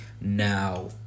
Now